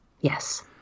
Yes